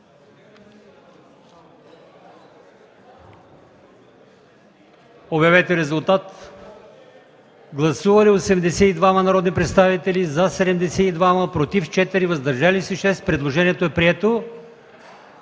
на гласуване. Гласували 82 народни представители: за 72, против 4, въздържали се 6. Предложението е прието.